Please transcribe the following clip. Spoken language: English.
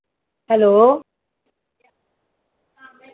hello